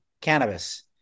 cannabis